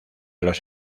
los